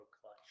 clutch